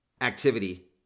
activity